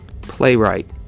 playwright